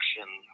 action